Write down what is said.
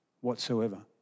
whatsoever